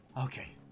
Okay